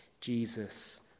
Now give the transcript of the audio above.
Jesus